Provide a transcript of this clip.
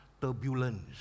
Turbulence